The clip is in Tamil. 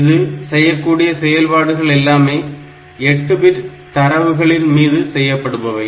இது செய்யக்கூடிய செயல்பாடுகள் எல்லாமே 8 பிட் தரவுகளின் மீது செய்யப்படுபவை